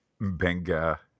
Benga